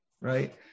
Right